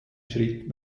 schritt